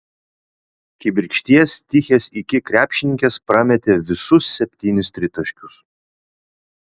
kibirkšties tichės iki krepšininkės prametė visus septynis tritaškius